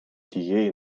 тієї